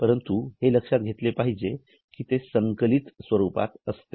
परंतु हे लक्षात घेतले पाहिजे कि ते संकलित स्वरूपात आहे